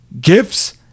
gifts